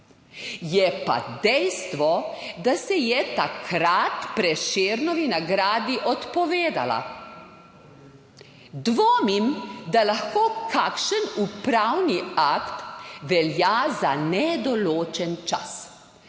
Je pa dejstvo, da se je takrat Prešernovi nagradi odpovedala. Dvomim, da lahko kakšen upravni akt velja za nedoločen čas.